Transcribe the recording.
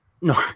No